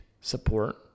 support